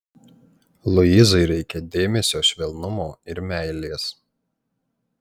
luizai reikia dėmesio švelnumo ir meilės